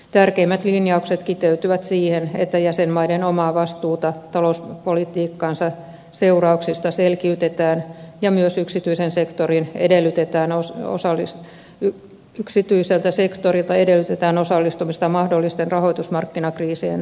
tärkeimmät linjaukset kiteytyvät siihen että jäsenmaiden omaa vastuuta talouspolitiikkaansa seurauksista selkiytetään ja myös yksityisen sektorin edellytetään osallistu yk yksityiseltä sektorilta edellytetään osallistumista mahdollisten rahoitusmarkkinakriisien taakanjakoon